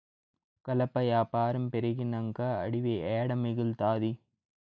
కలప యాపారం పెరిగినంక అడివి ఏడ మిగల్తాది